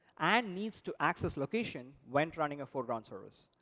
and needs to access location when running a foreground service.